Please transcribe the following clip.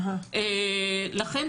לכן,